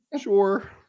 sure